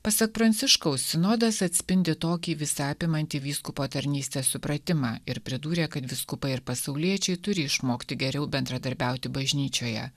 pasak pranciškaus sinodas atspindi tokį visa apimantį vyskupo tarnystės supratimą ir pridūrė kad vyskupai ir pasauliečiai turi išmokti geriau bendradarbiauti bažnyčioje